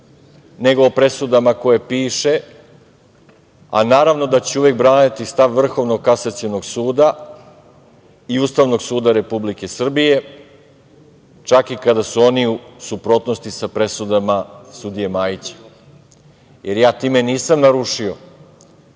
nego o presudama koje piše, a naravno da ću uvek braniti stav Vrhovnog kasacionog suda i Ustavnog suda Republike Srbije, čak i kada su oni u suprotnosti sa presudama sudije Majića, jer ja time nisam narušio